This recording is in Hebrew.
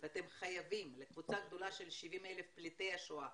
אתם חייבים לקבוצה הגדולה של 70,000 פליטי השואה,